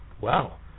Wow